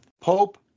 Pope